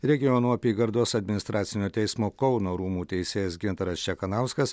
regionų apygardos administracinio teismo kauno rūmų teisėjas gintaras čekanauskas